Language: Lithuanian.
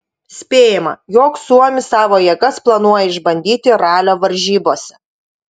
spėjama jog suomis savo jėgas planuoja išbandyti ralio varžybose